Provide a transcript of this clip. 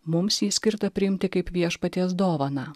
mums jį skirta priimti kaip viešpaties dovaną